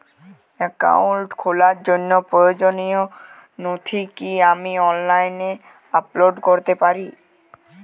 Account খোলার জন্য প্রয়োজনীয় নথি কি আমি অনলাইনে আপলোড করতে পারি?